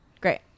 great